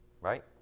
right